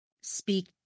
speak